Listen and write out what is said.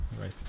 right